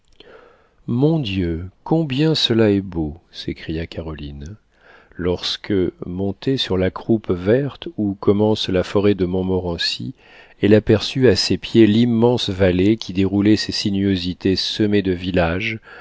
mon dieu combien cela est beau s'écria caroline lorsque montée sur la croupe verte où commence la forêt de montmorency elle aperçut à ses pieds l'immense vallée qui déroulait ses sinuosités semées de villages